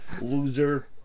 loser